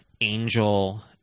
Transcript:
angel